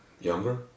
younger